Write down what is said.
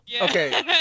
okay